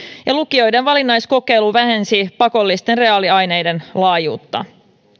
ja lukioiden valinnaiskokeilu vähensi pakollisten reaaliaineiden laajuutta